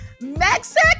Mexico